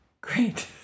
Great